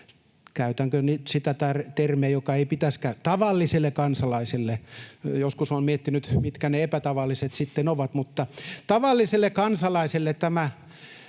käytänkö nyt sitä termiä, jota ei pitäisi käyttää — tavalliselle kansalaiselle? Joskus olen miettinyt, mitä ne epätavalliset sitten ovat, mutta tavalliselle kansalaiselle tämä